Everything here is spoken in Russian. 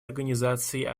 организации